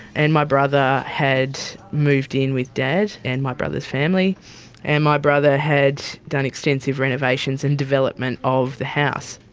and my brother had moved in with dad and my brother's family and my brother had done extensive renovations and development of the house.